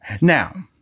Now